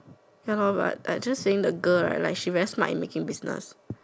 ya lor but I just saying the girl right like she very smart in making business